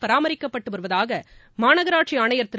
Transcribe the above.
பராமரிப்பட்டு வருவதாக மாநகராட்சி ஆணையர் திரு